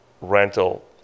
rental